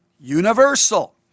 universal